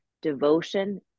devotion